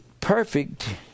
perfect